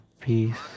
peace